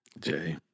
Jay